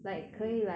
okay